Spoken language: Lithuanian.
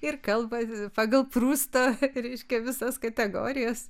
ir kalba pagal prustą reiškia visas kategorijas